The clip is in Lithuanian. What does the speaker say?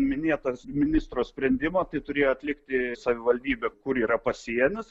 minėtas ministro sprendimą tai turėjo atlikti savivaldybė kur yra pasienis